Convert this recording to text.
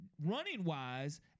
running-wise